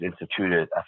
instituted